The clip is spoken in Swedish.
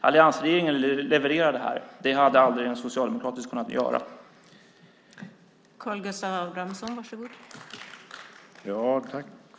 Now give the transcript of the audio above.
Alliansregeringen levererar detta. Det hade aldrig en socialdemokratisk regering kunnat göra.